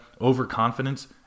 overconfidence